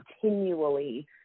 continually